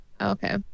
okay